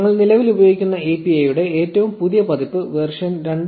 ഞങ്ങൾ നിലവിൽ ഉപയോഗിക്കുന്ന API യുടെ ഏറ്റവും പുതിയ പതിപ്പ് വേർഷൻ 2